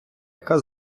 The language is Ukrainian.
яка